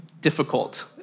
difficult